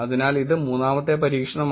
അതിനാൽ ഇത് മൂന്നാമത്തെ പരീക്ഷണമാണ്